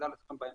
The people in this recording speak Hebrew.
נעדכן בהמשך.